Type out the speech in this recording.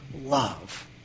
love